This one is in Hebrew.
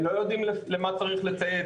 הם לא יודעים למה צריך לציית.